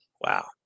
Wow